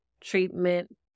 treatment